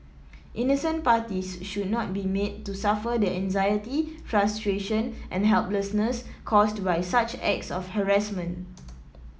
innocent parties should not be made to suffer the anxiety frustration and helplessness caused by such acts of harassment